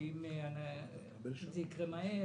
שאם זה יקרה מהר,